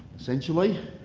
essentially,